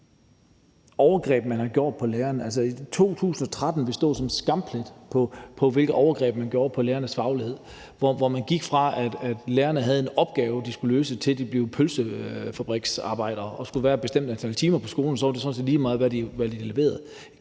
de her overgreb, man har gjort på lærerne. 2013 vil stå som en skamplet på, hvilke overgreb man gjorde på lærernes faglighed, hvor man gik, fra at lærerne havde en opgave, de skulle løse, til at de blev pølsefabriksarbejdere og skulle være et bestemt antal timer på skolen. Så var det sådan set lige meget, hvad de leverede.